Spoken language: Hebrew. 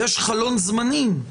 יש חלון זמנים,